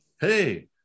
Hey